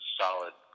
solid